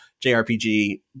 jrpg